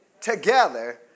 together